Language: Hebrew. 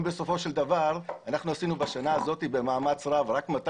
אם בסופו של דבר עשינו בשנה הזאת במאמץ רב רק 200